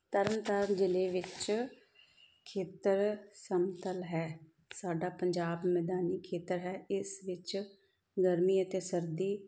ਤਰਨ ਤਾਰਨ ਜ਼ਿਲ੍ਹੇ ਵਿੱਚ ਖੇਤਰ ਸਮਤਲ ਹੈ ਸਾਡਾ ਪੰਜਾਬ ਮੈਦਾਨੀ ਖੇਤਰ ਹੈ ਇਸ ਵਿੱਚ ਗਰਮੀ ਅਤੇ ਸਰਦੀ